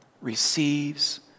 receives